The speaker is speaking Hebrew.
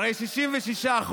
הרי 66%